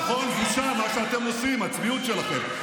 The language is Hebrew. נכון, בושה מה שאתם עושים, הצביעות שלכם.